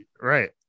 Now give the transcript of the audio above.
right